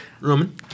Roman